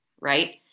right